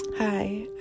Hi